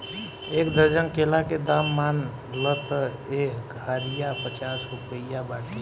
एक दर्जन केला के दाम मान ल त एह घारिया पचास रुपइआ बाटे